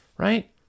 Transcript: Right